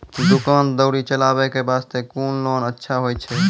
दुकान दौरी चलाबे के बास्ते कुन लोन अच्छा होय छै?